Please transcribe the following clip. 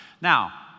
Now